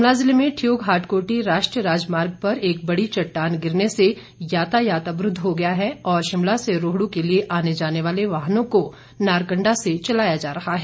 शिमला जिले में ठियोग हाटकोटी राष्ट्रीय राजमार्ग पर एक बड़ी चट्टान गिरने से यातायात अवरूद्द हो गया है और शिमला से रोहडू के लिए आने जाने वाले वाहनों को नारकण्डा से चलाया जा रहा है